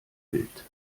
wild